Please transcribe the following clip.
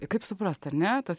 kaip suprast ar ne tas